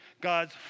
God's